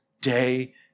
day